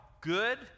good